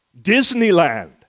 Disneyland